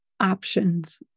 options